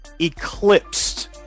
eclipsed